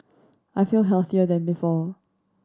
I feel healthier than before